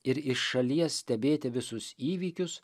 ir iš šalies stebėti visus įvykius